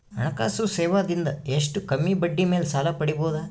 ಹಣಕಾಸು ಸೇವಾ ದಿಂದ ಎಷ್ಟ ಕಮ್ಮಿಬಡ್ಡಿ ಮೇಲ್ ಸಾಲ ಪಡಿಬೋದ?